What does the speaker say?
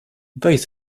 weź